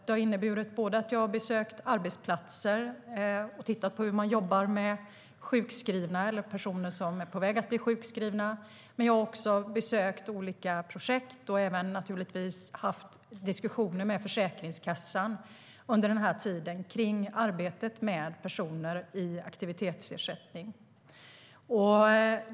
Det har inneburit att jag har besökt arbetsplatser och tittat på hur man jobbar med sjukskrivna eller personer som är på väg att bli sjukskrivna. Jag har också besökt olika projekt och även haft diskussioner med Försäkringskassan under den här tiden om arbetet med personer i aktivitetsersättning.